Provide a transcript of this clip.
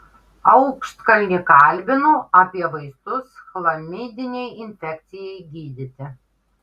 aukštkalnį kalbinu apie vaistus chlamidinei infekcijai gydyti